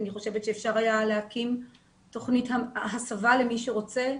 אני חושבת שאפשר היה להקים תוכנית הסבה למי שרוצה,